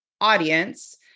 audience